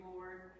Lord